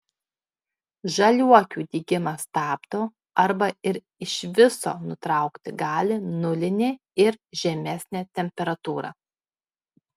žaliuokių dygimą stabdo arba ir iš viso nutraukti gali nulinė ir žemesnė temperatūra